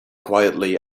quietly